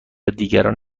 دیگران